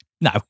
No